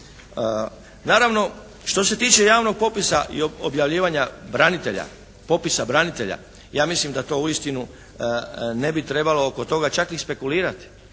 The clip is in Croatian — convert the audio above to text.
Naravno što se tiče javnog popisa i objavljivanja branitelja, popisa branitelja ja mislim da to uistinu ne bi trebalo oko toga čak i spekulirati.